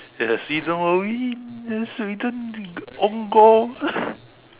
ya just that Sweden won't win Sweden own goal